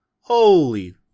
holy